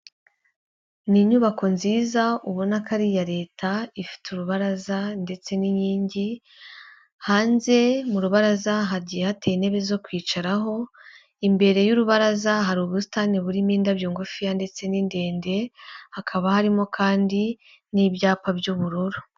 Ni inyubako nziza ubona ko ari iya leta ifite urubaraza ndetse n'inkingi, hanze mu rubaraza hagiye hateye intebe zo kwicaraho, imbere y'urubaraza hari ubusitani burimo indabyo ngufiya ndetse n'idende, hakaba harimo kandi n'ibyapa by'ubururu.